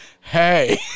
hey